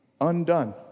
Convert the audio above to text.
undone